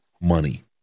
money